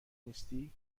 نیستی